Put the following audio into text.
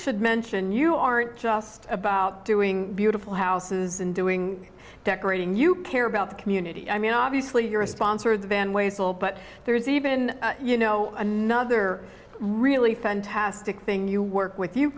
should mention you aren't just about doing beautiful houses and doing decorating you care about the community i mean obviously you're a sponsor of the van waissel but there's even you know another really fantastic thing you work with you